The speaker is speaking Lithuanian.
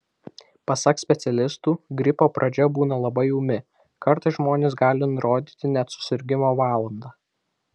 pasak specialistų gripo pradžia būna labai ūmi kartais žmonės gali nurodyti net susirgimo valandą